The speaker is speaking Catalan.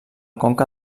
conca